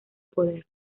poder